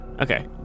Okay